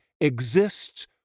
exists